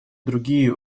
другие